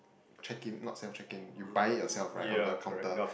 check in not self check in you buy it yourself right on the counter